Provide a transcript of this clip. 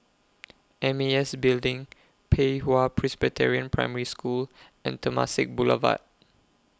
M A S Building Pei Hwa Presbyterian Primary School and Temasek Boulevard